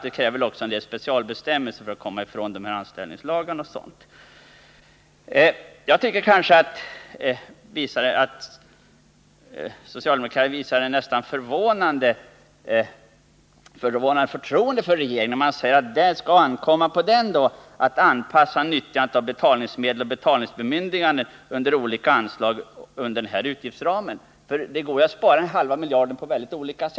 Troligen krävs det också en del specialbestämmelser för att kringgå bl.a. anställningslagarna. Socialdemokraterna visar ett nästan förvånande förtroende för regeringen, när de i reservation 7 säger: ”Det bör ankomma på regeringen att anpassa utnyttjandet av betalningsmedel och beställningsbemyndiganden under olika anslag efter denna utgiftsram.” Det går ju att spara den halva miljard det här är fråga om på många olika sätt.